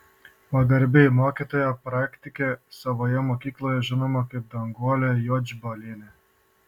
pagarbiai mokytoja praktikė savoje mokykloje žinoma kaip danguolė juodžbalienė